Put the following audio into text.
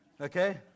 Okay